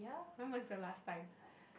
when was your last time